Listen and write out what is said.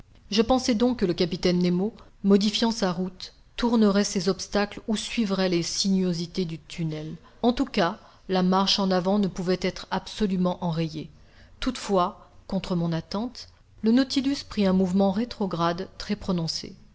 je pensai donc que le capitaine nemo modifiant sa route tournerait ces obstacles ou suivrait les sinuosités du tunnel en tout cas la marche en avant ne pouvait être absolument enrayée toutefois contre mon attente le nautilus prit un mouvement rétrograde très prononcé